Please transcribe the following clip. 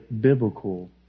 biblical